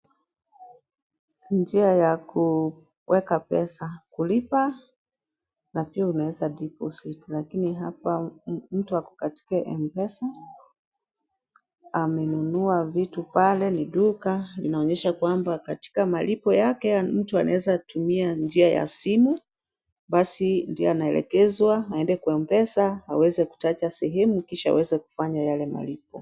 Njia ya kuweka pesa, kulipa na pia unaweza deposit , lakini hapa mtu ako katika M-Pesa, amenunua vitu pale ni duka linaonyesha kwamba katika malipo yake mtu anaweza tumia njia ya simu, basi ndio anaelekezwa aende kwa M-Pesa aweze kutaja sehemu kisha aweze kufanya yale malipo.